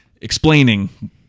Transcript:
explaining